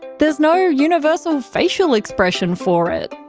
there's no universal facial expression for it.